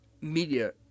media